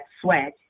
sweat